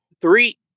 three –